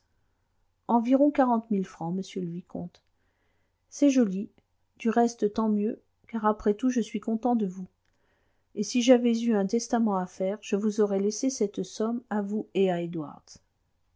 quarante mille francs monsieur le vicomte c'est joli du reste tant mieux car après tout je suis content de vous et si j'avais eu un testament à faire je vous aurais laissé cette somme à vous et à edwards